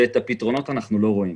אבל את הפתרונות אנחנו לא רואים,